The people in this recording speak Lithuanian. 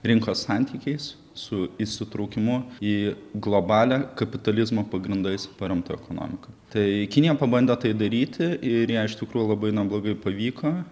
rinkos santykiais su įsitraukimu į globalią kapitalizmo pagrindais paremtą ekonomiką tai kinija pabandė tai daryti ir jai iš tikrųjų labai neblogai pavyko